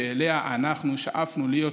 שאנחנו שאפנו אליה,